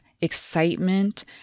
excitement